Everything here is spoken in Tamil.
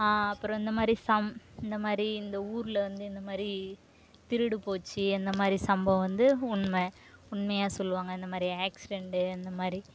அப்றம் இந்த மாதிரி இந்த மாதிரி இந்த ஊரில் வந்து இந்த மாதிரி திருடு போச்சு அந்த மாதிரி சம்பவம் வந்து உண்மை உண்மையாக சொல்வாங்க இந்த மாதிரி ஆக்சிடென்டு இந்த மாதிரி